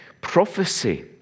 Prophecy